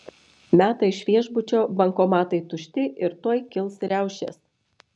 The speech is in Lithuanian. meta iš viešbučio bankomatai tušti ir tuoj kils riaušės